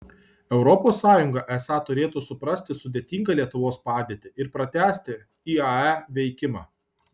europos sąjunga esą turėtų suprasti sudėtingą lietuvos padėtį ir pratęsti iae veikimą